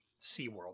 SeaWorld